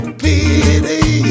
pity